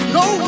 no